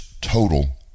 total